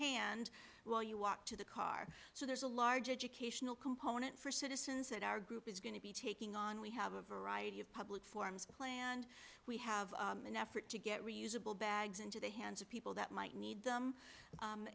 hand while you walk to the car so there's a large educational component for citizens that our group is going to be taking on we have a variety of public forums planned we have an effort to get reusable bags into the hands of people that might need them